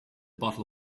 bottle